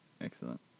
Excellent